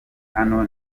hano